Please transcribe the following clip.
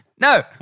no